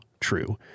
true